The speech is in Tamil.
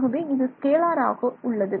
ஆகவே இது ஸ்கேலார் ஆகும்